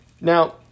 Now